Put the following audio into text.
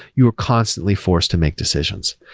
you're constantly forced to make decisions.